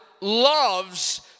loves